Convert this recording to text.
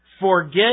forget